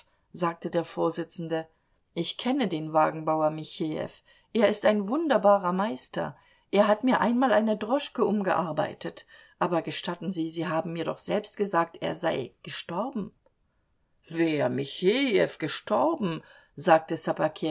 sagte der vorsitzende ich kenne den wagenbauer michejew er ist ein wunderbarer meister er hat mir einmal eine droschke umgearbeitet aber gestatten sie sie haben mir doch selbst gesagt er sei gestorben wer michejew gestorben sagte